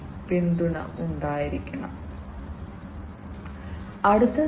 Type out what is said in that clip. ആ പരിതസ്ഥിതികൾ